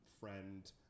friend